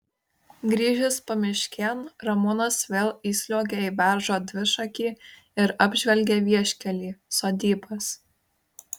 grįžęs pamiškėn ramūnas vėl įsliuogia į beržo dvišakį ir apžvelgia vieškelį sodybas